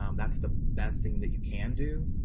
um that's the best thing that you can do.